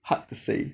hard to say